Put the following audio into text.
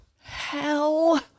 hell